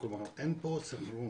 כלומר, אין פה סנכרון.